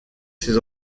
ces